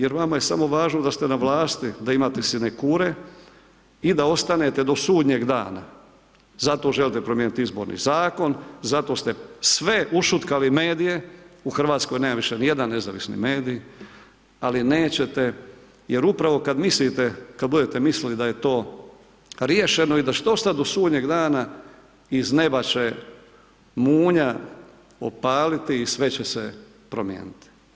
Jer vama je samo važno da ste na vlasti, da imate sinekure i da ostanete do sudnjeg dana, zato želite promijeniti izborni zakon, zato ste sve ušutkali medije u Hrvatskoj nema više ni jedan nezavisni medij, ali nećete jer upravo kad mislite, kad budete mislili da je to riješeno i da ćete ostat do sudnjeg dana iz neba će munja opaliti i sve će se promijeniti.